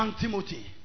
Timothy